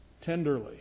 tenderly